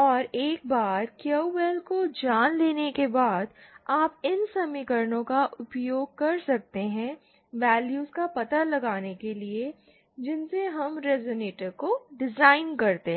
और फिर एक बार QL को जान लेने के बाद आप इन समीकरणों का उपयोग कर सकते हैं वैल्यूज़ का पता लगाने के लिए जिनसे हम रेज़ोनेटर को डिज़ाइन करते हैं